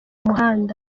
muhanda